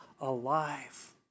alive